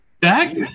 back